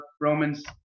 Romans